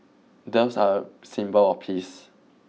doves are a symbol of peace